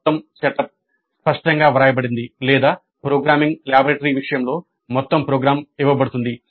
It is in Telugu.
మొత్తం సెటప్ స్పష్టంగా వ్రాయబడింది లేదా ప్రోగ్రామింగ్ లాబొరేటరీ విషయంలో మొత్తం ప్రోగ్రామ్ ఇవ్వబడుతుంది